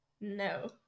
No